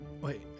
Wait